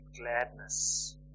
gladness